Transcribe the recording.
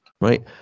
right